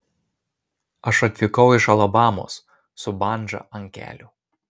aš atvykau iš alabamos su bandža ant kelių